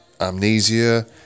amnesia